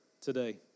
today